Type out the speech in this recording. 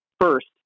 first